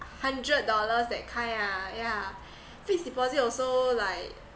hundred dollars that kind ah yeah fixed deposit also like